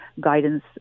guidance